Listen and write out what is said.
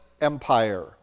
empire